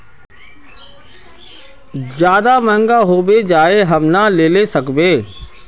ज्यादा महंगा होबे जाए हम ना लेला सकेबे?